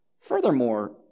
Furthermore